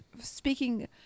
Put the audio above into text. speaking